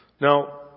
Now